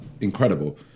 incredible